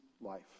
life